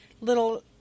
little